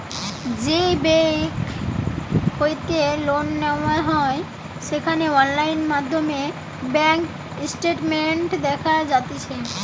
যেই বেংক হইতে লোন নেওয়া হয় সেখানে অনলাইন মাধ্যমে ব্যাঙ্ক স্টেটমেন্ট দেখা যাতিছে